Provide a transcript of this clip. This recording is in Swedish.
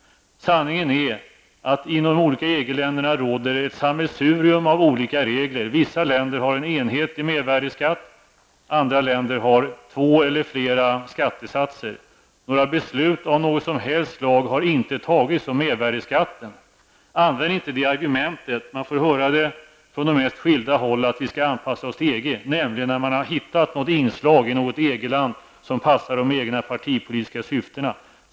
Sanningen är att det inom de olika EG-länderna råder ett sammelsurium av olika regler. Vissa länder har en enhetlig mervärdeskatt, andra länder har två eller flera skattesatser. Några beslut av något som helst slag har inte fattats om mervärdeskatten. Använd inte det argumentet! Man får höra från de mest skilda håll att vi skall anpassa oss till EG, nämligen då någon har hittat ett inslag i ett EG-land som passar de egna partipolitiska syftena.